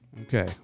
Okay